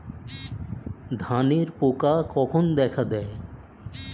ধানের পোকা কখন দেখা দেয়?